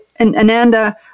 Ananda